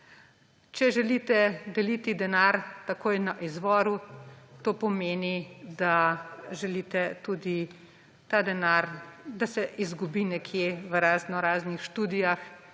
Če želite deliti denar takoj na izvoru, to pomeni, da želite tudi, da se ta denar izgubi nekje v raznoraznih študijah